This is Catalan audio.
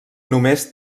només